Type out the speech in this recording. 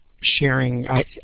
sharing